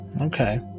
Okay